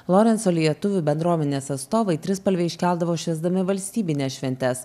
lorenco lietuvių bendruomenės atstovai trispalvę iškeldavo švęsdami valstybines šventes